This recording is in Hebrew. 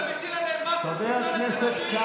אתה מטיל עליהם מס על כניסה לתל אביב,